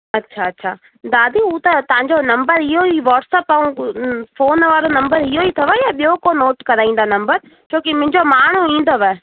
अछा अछा दादी हू त तव्हांजो नंबर इहो ई व्हाटसप ऐं फ़ोन वारो नंबर इहो ई अथव या ॿियो को नोट कराईंदा नंबर छो की मुंहिंजो माण्हू ईंदुव